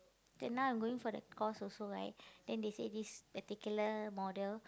then now I'm going for that course also right then they say this particular model